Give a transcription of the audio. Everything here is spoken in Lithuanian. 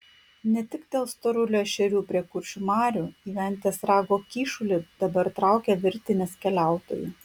ne tik dėl storulių ešerių prie kuršių marių į ventės rago kyšulį dabar traukia virtinės keliautojų